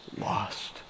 lost